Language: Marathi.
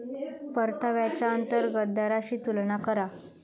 परताव्याच्या अंतर्गत दराशी तुलना करा